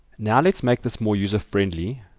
now let's make this more user friendly,